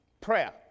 prayer